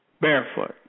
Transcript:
barefoot